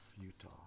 Utah